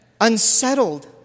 unsettled